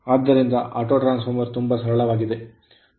ಆದ್ದರಿಂದ transformer ತುಂಬಾ ಸರಳವಾಗಿದೆ